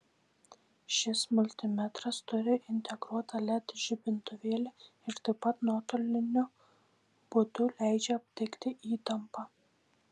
šis multimetras turi integruotą led žibintuvėlį ir taip pat nuotoliniu būdu leidžia aptikti įtampą